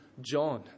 John